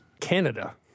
Canada